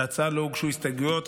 להצעה לא הוגשו הסתייגויות,